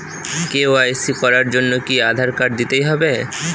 KYC করার জন্য কি আধার কার্ড দিতেই হবে?